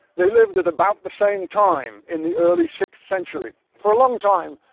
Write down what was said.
they lived at about the same time in the early sixth century. for a long time